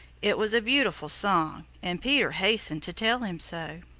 it was a beautiful song and peter hastened to tell him so.